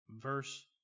verse